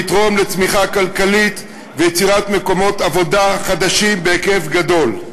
והוא יתרום לצמיחה כלכלית וליצירת מקומות עבודה חדשים בהיקף גדול.